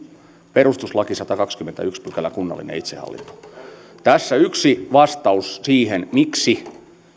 perustuslaki sadaskahdeskymmenesensimmäinen pykälä kunnallinen itsehallinto tässä yksi vastaus siihen miksi